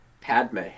Padme